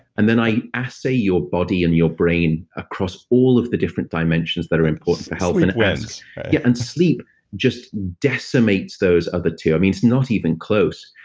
and then i assay your body and your brain across all of the different dimensions that are important for health sleep and wins yeah, and sleep just decimates those other two. i mean, it's not even close.